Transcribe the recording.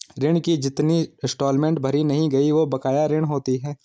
ऋण की जितनी इंस्टॉलमेंट भरी नहीं गयी वो बकाया ऋण होती है